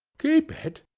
keep it!